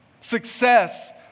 success